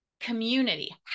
community